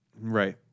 Right